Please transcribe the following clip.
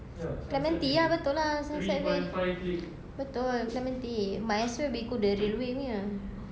clementi ah betul lah sunset way betul clementi might as well we go the railway punya